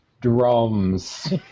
drums